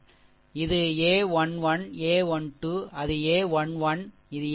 இது a 1 1 a 1 2 அது a 1 1 இது a 1 1 a 1 2 a 1 2